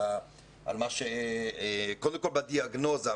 קודם כל בדיאגנוזה,